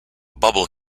bubble